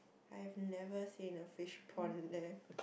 I have never said the fish pond there